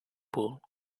pool